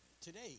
Today